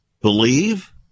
Believe